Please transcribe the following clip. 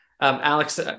Alex